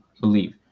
believe